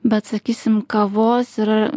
bet sakysim kavos ir